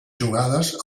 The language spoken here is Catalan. jugades